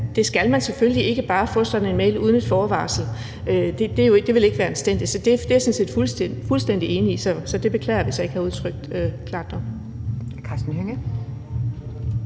i, at man selvfølgelig ikke bare skal få sådan en mail uden et forvarsel – det vil ikke være anstændigt, så det er jeg sådan set fuldstændig enig i. Så jeg beklager, hvis jeg ikke udtrykt det klart nok.